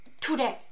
today